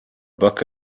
book